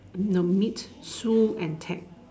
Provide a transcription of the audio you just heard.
the meet Sue and Ted